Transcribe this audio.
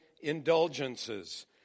indulgences